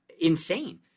insane